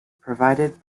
provided